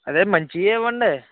అదే మంచిగా ఇవ్వండి